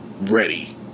Ready